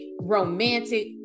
romantic